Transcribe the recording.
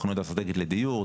תכנית אסטרטגית לדיור,